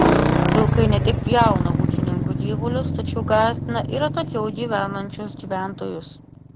vilkai ne tik pjauna ūkininkų gyvulius tačiau gąsdina ir atokiau gyvenančius gyventojus